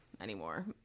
anymore